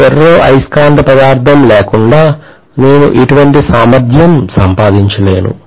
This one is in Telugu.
ఫెర్రో అయస్కాంత పదార్థం లేకుండా నేను ఇటువంటి సామర్థ్యం సంపాదించలేను